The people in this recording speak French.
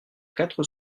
quatre